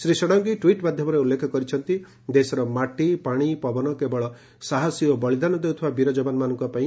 Shri Shadangi tweet ମାଧ୍ୟମରେ ଉଲ୍ଲେଖ କରିଛନ୍ତି ଦେଶର ମାଟି ପାଶି ପବନ କେବଳ ସାହସୀ ଓ ବଳିଦାନ ଦେଉଥିବା ବୀର ଯବାନମାନଙ୍କ ପାଇଁ ବଂଚିଛି